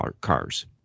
cars